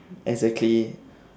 exactly